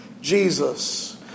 Jesus